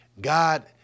God